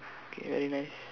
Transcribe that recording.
okay very nice